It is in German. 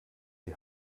die